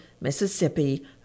Mississippi